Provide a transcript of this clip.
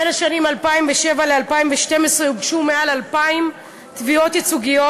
בין השנים 2007 ו-2012 הוגשו מעל 2,000 תביעות ייצוגיות.